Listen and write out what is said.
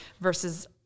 versus